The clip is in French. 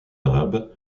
arabe